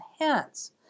enhance